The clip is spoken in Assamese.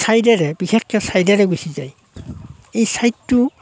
চাইডেৰে বিশেষকৈ চাইডেৰে গুচি যায় এই চাইডটো